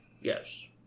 yes